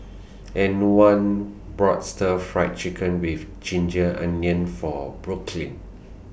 Antwan bought Stir Fry Chicken with Ginger Onions For Brooklyn